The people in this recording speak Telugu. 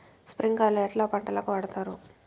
స్ప్రింక్లర్లు ఎట్లా పంటలకు వాడుతారు?